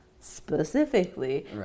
specifically